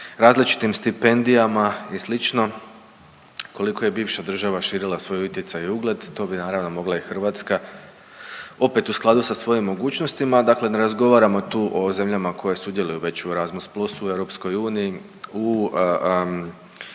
Različitim stipendijama i slično, koliko je bivša država širila svoj utjecaj i ugled to bi naravno mogla i Hrvatska, opet u skladu sa svojim mogućnostima. Dakle, ne razgovaramo tu o zemljama koje sudjeluju već u erasmus plus u Europskoj uniji, u